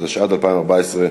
התשע"ד 2014,